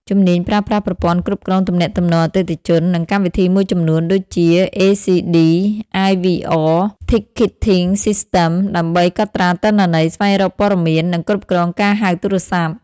ជំនាញប្រើប្រាស់ប្រព័ន្ធគ្រប់គ្រងទំនាក់ទំនងអតិថិជន និងកម្មវិធីមួយចំនួន ដូចជា ACD, IVR, Ticketing System ដើម្បីកត់ត្រាទិន្នន័យ ស្វែងរកព័ត៌មាន និងគ្រប់គ្រងការហៅទូរស័ព្ទ។